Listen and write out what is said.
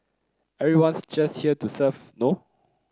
everyone's just here to serve no